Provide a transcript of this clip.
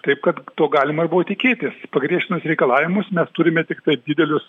taip kad to galima ir buvo tikėtis pagriežtinus reikalavimus mes turime tiktai didelius